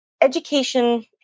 education